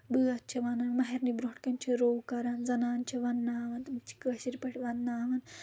بٲتھ چھِ وَنان مہرنہِ برونٛٹھ کَنۍ چھِ روگ کران زَنان چھِ وَنناوَان تِم چھِ کٲشِر پٲٹھۍ وَنناوان